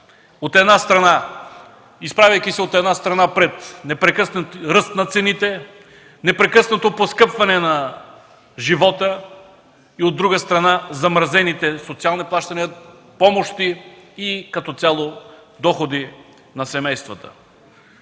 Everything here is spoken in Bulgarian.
на своите деца, изправяйки се, от една страна, пред непрекъснат ръст на цените, непрекъснато поскъпване на живота и, от друга страна, замразените социални плащания, помощи и като цяло доходи на семействата.